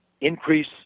increase